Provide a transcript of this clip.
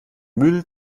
müll